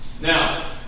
Now